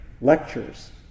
lectures